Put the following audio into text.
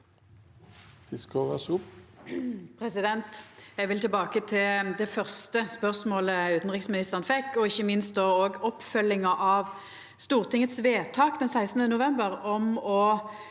Fiskaa (SV) Eg vil tilbake til det første spørsmålet utanriksministeren fekk, og ikkje minst oppfølginga av stortingsvedtaket den 16. november om å